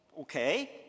Okay